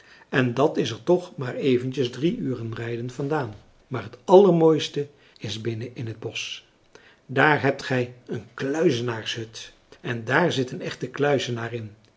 en dat is er toch maar eventjes drie uren rijdens vandaan maar het allermooiste is binnen in het bosch daar hebt gij een kluizenaarshut en daar zit een echte kluizenaar